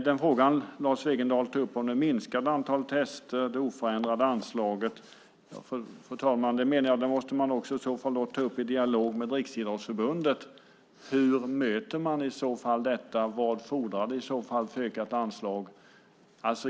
Den fråga Lars Wegendal tog upp om det minskade antalet tester och det oförändrade anslaget menar jag att man måste ta upp i dialog med Riksidrottsförbundet. Hur möter man i så fall detta? Vad fordras i ökat anslag?